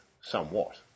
somewhat